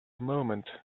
moment